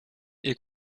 est